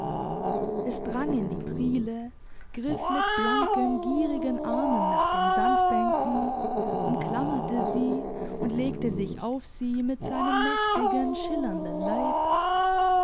es drang in die priele griff mit blanken gierigen armen nach den sandbänken umklammerte sie und legte sich auf sie mit seinem mächtigen schillernden leib